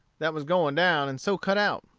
that was going down, and so cut out.